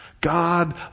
God